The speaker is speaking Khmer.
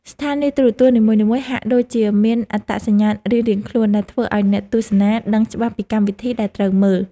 ស្ថានីយទូរទស្សន៍នីមួយៗហាក់ដូចជាមានអត្តសញ្ញាណរៀងៗខ្លួនដែលធ្វើឱ្យអ្នកទស្សនាដឹងច្បាស់ពីកម្មវិធីដែលត្រូវមើល។